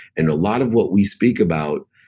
and a lot of what we speak about,